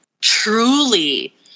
truly